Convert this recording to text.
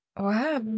Wow